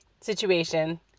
situation